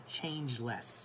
changeless